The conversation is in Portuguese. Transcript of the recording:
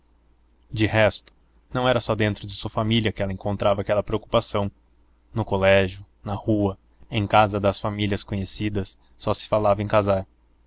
de resto não era só dentro de sua família que ela encontrava aquela preocupação no colégio na rua em casa das famílias conhecidas só se falava em casar